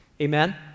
Amen